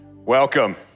Welcome